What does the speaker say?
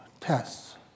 tests